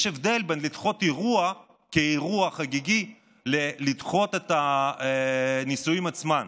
יש הבדל בין לדחות אירוע כאירוע חגיגי לבין לדחות את הנישואים עצמם.